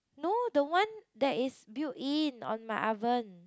no the one that is build in on my oven